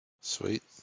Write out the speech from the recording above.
Sweet